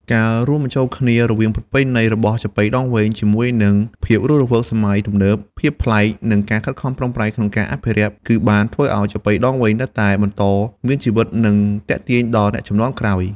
ការរួមបញ្ចូលគ្នារវាងប្រពៃណីរបស់ចាប៉ីដងវែងជាមួយនឹងភាពរស់រវើកសម័យទំនើប ភាពប្លែក និងការខិតខំប្រឹងប្រែងក្នុងការអភិរក្ស គឺបានធ្វើឱ្យចាប៉ីដងវែងនៅតែបន្តមានជីវិត និងទាក់ទាញដល់អ្នកជំនាន់ក្រោយ។